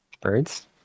Birds